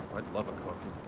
i'd love a coffee.